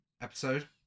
episode